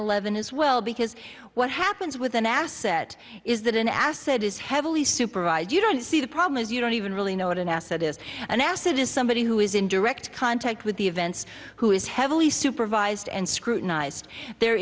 eleven as well because what happens with an asset is that an asset is heavily supervised you don't see the problem is you don't even really know what an asset is an assett is somebody who is in direct contact with the events who is heavily supervised and scrutinized there